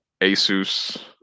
asus